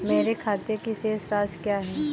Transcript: मेरे खाते की शेष राशि क्या है?